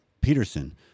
Peterson